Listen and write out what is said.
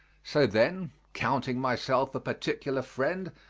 so then, counting myself a particular friend,